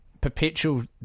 perpetual